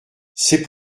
c’est